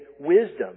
wisdom